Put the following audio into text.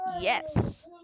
yes